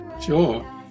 Sure